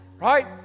right